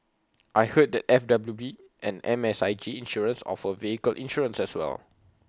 I heard that F W D and M S I G insurance offer vehicle insurance as well